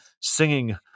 singing